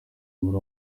muri